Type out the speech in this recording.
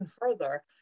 further